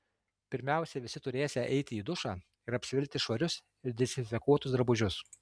pirmiausia visi turėsią eiti į dušą ir apsivilkti švarius ir dezinfekuotus drabužius